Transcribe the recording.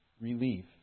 relief